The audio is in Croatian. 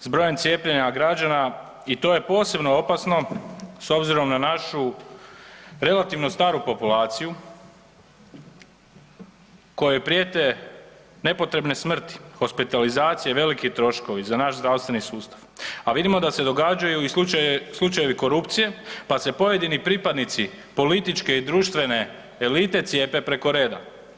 S brojem cijepljenja građana, i to je posebno opasno, s obzirom na našu relativno staru populaciju kojoj prijete nepotrebne smrti, hospitalizacije i veliki troškovi za naš zdravstveni sustav, a vidimo da se događaju i slučajevi korupcije pa se pojedini pripadnici političke i društvene elite cijepe preko reda.